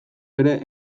ere